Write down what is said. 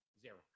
Zero